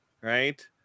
right